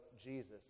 Jesus